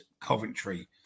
Coventry